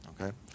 okay